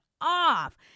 off